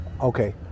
okay